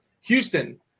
Houston